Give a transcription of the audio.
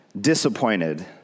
disappointed